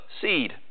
seed